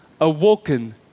awoken